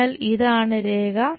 അതിനാൽ ഇതാണ് രേഖ